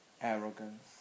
Arrogance